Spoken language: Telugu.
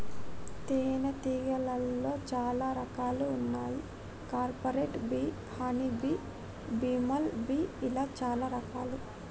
తేనే తీగలాల్లో చాలా రకాలు వున్నాయి carpenter bee honey bee, bumble bee ఇలా చాలా రకాలు